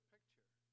picture